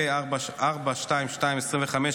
פ/4422/25,